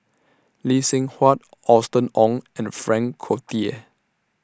Lee Seng Huat Austen Ong and Frank Cloutier